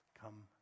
Come